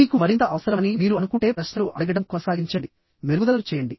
మీకు మరింత అవసరమని మీరు అనుకుంటే ప్రశ్నలు అడగడం కొనసాగించండి మెరుగుదలలు చేయండి